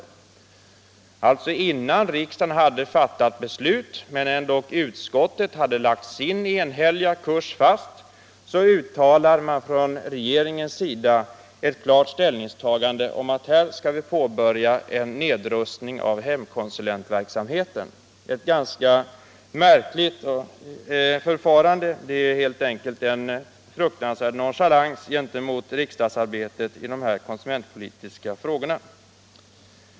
Innan riksdagen fattat beslut, men efter det att utskottet enhälligt lagt fast sin kurs, gör regeringen ett klart ställningstagande i syfte att påbörja nedrustningen av hemkonsulentverksamheten. Det är ett ganska märkligt förfarande, helt enkelt en fruktansvärd nonchalans gentemot riksdagsarbetet i de konsumentpolitiska frågorna.